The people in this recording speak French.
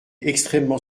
extrêmement